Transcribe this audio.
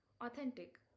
Authentic